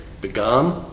began